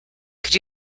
could